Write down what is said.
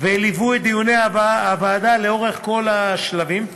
וליוו את דיוני הוועדה לאורך כל השלבים.